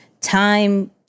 time